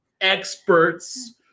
experts